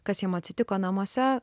kas jam atsitiko namuose